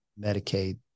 Medicaid